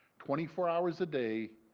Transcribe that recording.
twenty four hours a day,